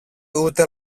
ούτε